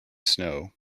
snow